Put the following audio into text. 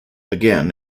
again